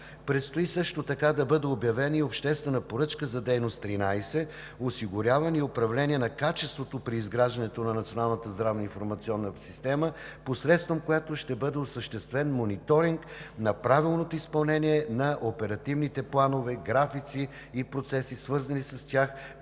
Предстои също така да бъде обявена и обществена поръчка за дейност 13: осигуряване и управление на качеството при изграждането на Националната здравна информационна система, посредством която ще бъде осъществен мониторинг на правилното изпълнение на оперативните планове, графици и процеси, свързани с тях